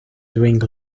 doing